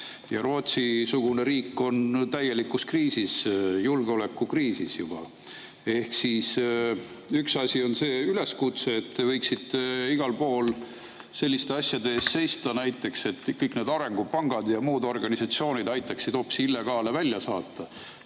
Ja Rootsi-sugune riik on juba täielikus kriisis, julgeolekukriisis. Üks asi on see üleskutse. Te võiksite igal pool selliste asjade eest seista, näiteks, et kõik need arengupangad ja muud organisatsioonid aitaksid hoopis illegaale välja saata.